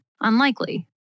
unlikely